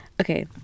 okay